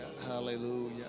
hallelujah